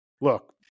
Look